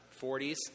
40s